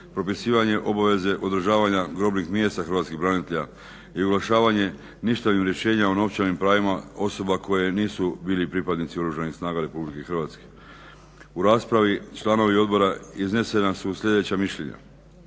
propisivanje obaveze održavanja grobnih mjesta hrvatskih branitelja i … ništavnih rješenja o novčanim pravima osoba koje nisu bili pripadnici Oružanih snaga RH. U raspravi članova odbora iznesena su sljedeća mišljenja.